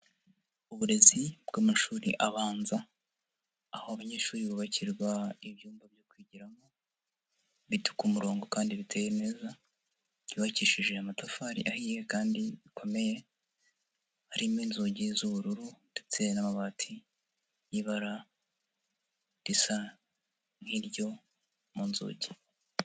Uburezi bw'amashuri abanza aho abanyeshuri bubakirwa ibyumba byo kwigiramo biri ku murongo kandi biteye neza, byubakishije amatafari ahiye kandi bikomeye, harimo inzugi z'ubururu ndetse n'amabati y'ibara risa nk'iryo mu nzugi.